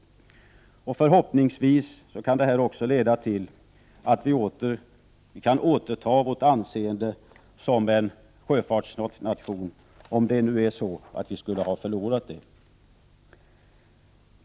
Förhoppningsvis kan det leda till att vi kan återta vårt anseende som sjöfartsnation om det nu är så att 63 vi skulle ha förlorat det.